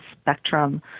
spectrum